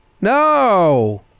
no